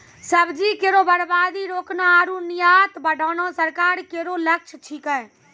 सब्जी केरो बर्बादी रोकना आरु निर्यात बढ़ाना सरकार केरो लक्ष्य छिकै